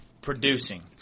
producing